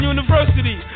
University